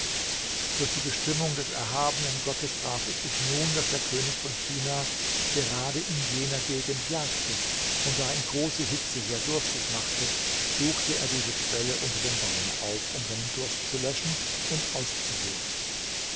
durch die bestimmung des erhabenen gottes traf es sich nun daß der könig von china gerade in jener gegend jagte und da ihn große hitze sehr durstig machte suchte er diese quelle unter dem baume auf um seinen durst zu löschen und auszuruhen